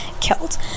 killed